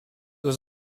was